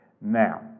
Now